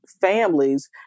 families